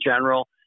general